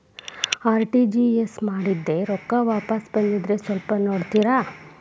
RTGS ಮಾಡಿದ್ದೆ ರೊಕ್ಕ ವಾಪಸ್ ಬಂದದ್ರಿ ಸ್ವಲ್ಪ ನೋಡ್ತೇರ?